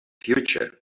future